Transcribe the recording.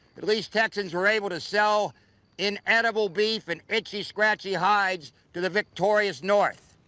at least texans were able to sell inedible beef and itchy, scratchy hides to the victorious north.